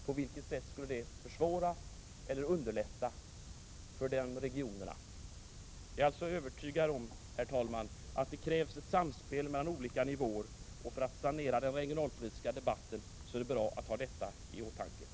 På vilket sätt skulle det försvåra eller underlätta för dessa regioner? Jag är alltså övertygad om, herr talman, att det krävs ett samspel mellan olika nivåer, och för att sanera den regionalpolitiska debatten är det bra att ha detta i åtanke.